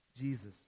Jesus